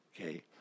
Okay